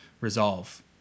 resolve